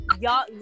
y'all